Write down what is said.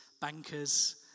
bankers